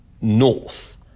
North